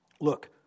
Look